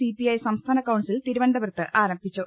CPI സംസ്ഥാന council തിരുവനന്തപുരത്ത് ആരം ഭിച്ചു